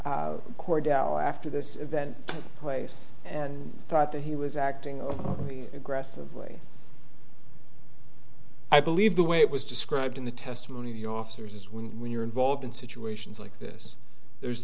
cordell after this event place and thought that he was acting aggressively i believe the way it was described in the testimony of your officers is when when you're involved in situations like this there's